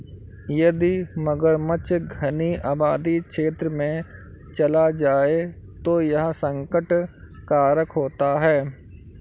यदि मगरमच्छ घनी आबादी क्षेत्र में चला जाए तो यह संकट कारक होता है